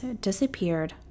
disappeared